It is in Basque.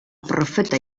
profeta